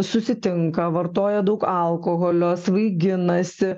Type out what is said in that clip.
susitinka vartoja daug alkoholio svaiginasi